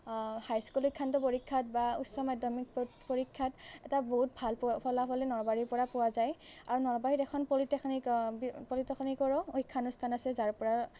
high school শিক্ষান্ত পৰীক্ষাত বা উচ্চ মাধ্যমিক পৰীক্ষাত এটা বহুত ভাল পোৱা ফলাফলেই নলবাৰীৰ পৰা পোৱা যায় আৰু নলবাৰীত এখন পলিটেকনিক পলিটেকনিকৰো শিক্ষানুষ্ঠান আছে যাৰ পৰা